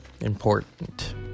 important